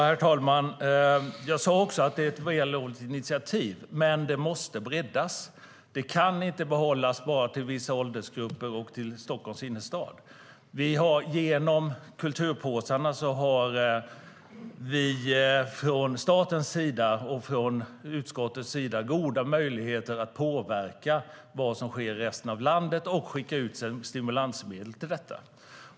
Herr talman! Jag sade också att det är ett vällovligt initiativ. Men det måste breddas. Det kan inte behållas bara för vissa åldersgrupper och bara i Stockholms innerstad. Genom kulturpåsarna har vi från statens sida, och från utskottets sida, goda möjligheter att påverka vad som sker i resten av landet och skicka ut stimulansmedel till detta.